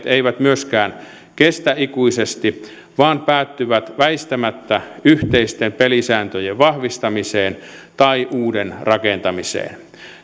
eivät myöskään kestä ikuisesti vaan päättyvät väistämättä yhteisten pelisääntöjen vahvistamiseen tai uuden rakentamiseen